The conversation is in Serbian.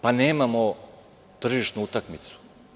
Pa nemamo tržišnu utakmicu.